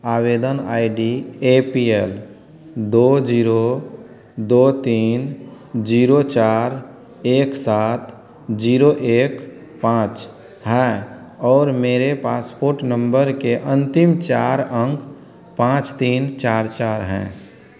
आवेदन I D A P L दो zero दो तीन जीरो चार एक सात जीरो एक पाँच है और मेरे पासपोर्ट नम्बर के अंतिम चार अंक पाँच तीन चार चार हैं